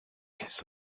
his